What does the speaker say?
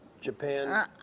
Japan